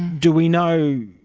do we know